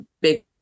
big